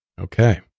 okay